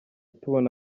tubona